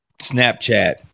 Snapchat